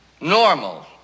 Normal